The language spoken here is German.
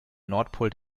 nordpol